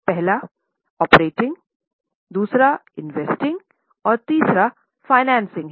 पहला ऑपरेटिंग है